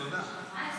חייב